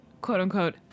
quote-unquote